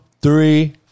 three